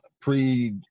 pre